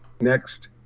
Next